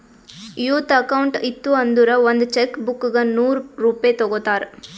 youth account ಇತ್ತು ಅಂದುರ್ ಒಂದ್ ಚೆಕ್ ಬುಕ್ಗ ನೂರ್ ರೂಪೆ ತಗೋತಾರ್